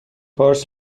پارچ